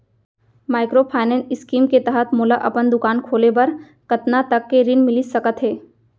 Microfinance scheme के तहत मोला अपन दुकान खोले बर कतना तक के ऋण मिलिस सकत हे?